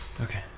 Okay